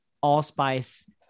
allspice